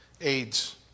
AIDS